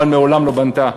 אבל מעולם לא בנתה,